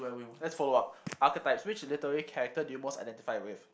let's follow up archetype which literary character you most identify with